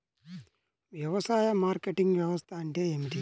వ్యవసాయ మార్కెటింగ్ వ్యవస్థ అంటే ఏమిటి?